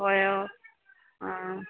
ꯍꯣꯏ ꯍꯣꯏ ꯑꯥ